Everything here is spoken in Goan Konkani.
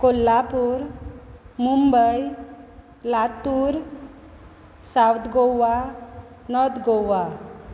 Kolhapur Mumbai Latur south Goa north Goa